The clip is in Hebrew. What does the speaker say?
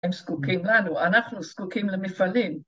‫הם זקוקים לנו, אנחנו זקוקים למפעלים.